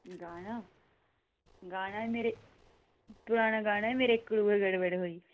गाना गाना मेरे पराना गाना ऐ मेरे हिकड़ु ऐ गड़़बड़ होई